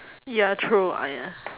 ya true ah ya